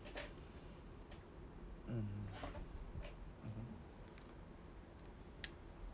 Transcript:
mm mmhmm